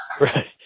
right